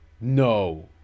No